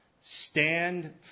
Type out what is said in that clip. Stand